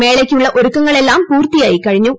മേളയ്ക്കുള്ള ഒരുക്കങ്ങൾ എല്ലാം പൂർത്തിയായി ക്കഴിഞ്ഞു